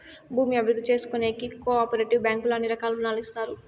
భూమి అభివృద్ధి చేసుకోనీకి కో ఆపరేటివ్ బ్యాంకుల్లో అన్ని రకాల రుణాలు ఇత్తారు